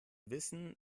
wissen